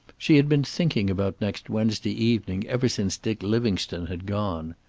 she had been thinking about next wednesday evening ever since dick livingstone had gone.